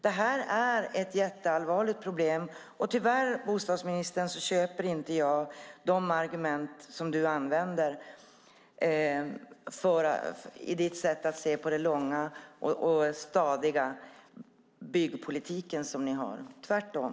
Det är ett mycket allvarligt problem, och tyvärr, bostadsministern, köper jag inte de argument som du använder i ditt sätt att se på den långa, stadiga byggpolitik som ni har - tvärtom!